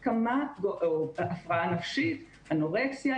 הפרעה נפשית או אנורקסיה.